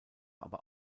aber